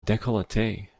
decollete